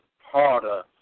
harder